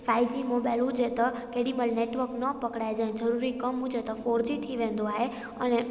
five G mobile हुजे त केॾी महिल नेटवक न पकड़ाइजे ज़रूरी कमु हुजे त फॉर जी थी वेंदो आहे अने